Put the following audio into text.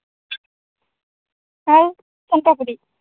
ଆଉ ସୁନପାମ୍ପୁଡ଼ି